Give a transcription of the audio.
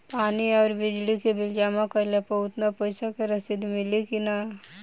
पानी आउरबिजली के बिल जमा कईला पर उतना पईसा के रसिद मिली की न?